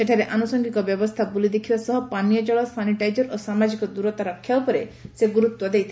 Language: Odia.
ସେଠାରେ ଆନୁଷଙ୍ଗିବ ବ୍ୟବସ୍ଥା ବୁଲି ଦେଖିବା ସହ ପାନୀୟଜଳ ସାନିଟାଇଜର ଓ ସାମାଜିକ ଦୂରତା ରକ୍ଷା ଉପରେ ସେ ଗୁରୁତ୍ୱ ଦେଇଥିଲେ